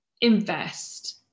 invest